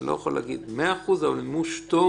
אני לא יכול להגיד במאה אחוז אבל מימוש טוב